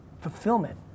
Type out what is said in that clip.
Fulfillment